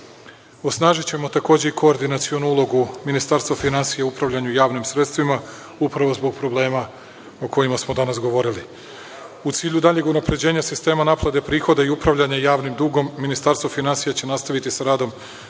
osnažićemo i koordinacionu ulogu Ministarstva finansija u upravljanju sredstvima upravo zbog problema o kojima smo danas govorili. U cilju daljeg unapređenja sistema naplate prihoda i upravljanja javnim dugom Ministarstvo finansija će nastaviti sa radom